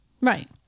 Right